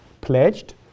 pledged